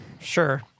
sure